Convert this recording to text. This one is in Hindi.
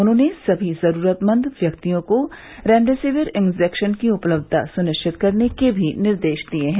उन्होंने सभी जरूरतमंद व्यक्तियों को रेमडेसिविर इन्जेक्शन की उपलब्धता सुनिश्चित करने के भी निर्देश दिये हैं